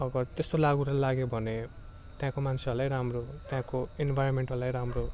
अब त्यस्तो लाग्यो भने त्यहाँको मान्छेहरूलाई राम्रो हो त्यहाँको इन्भाइरोन्मेन्टहरूलाई राम्रो